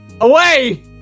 away